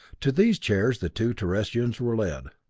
to these chairs the two terrestrians were led.